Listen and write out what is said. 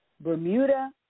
Bermuda